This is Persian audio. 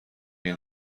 این